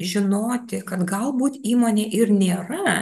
žinoti kad galbūt įmonė ir nėra